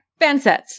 Fansets